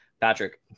Patrick